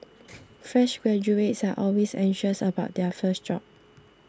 fresh graduates are always anxious about their first job